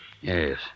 Yes